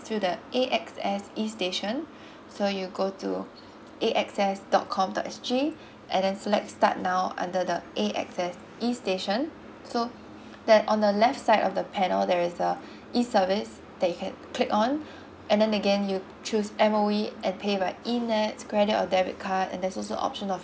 through the A_X_S E station so you go to A_X_S dot com dot S_G and the select start now under the A_X_S E station so that on the left side of the panel there is a E service that you can click on and then again you choose M_O_E and pay by E nets credit or debit card and there's also option of